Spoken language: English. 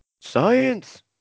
Science